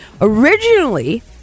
originally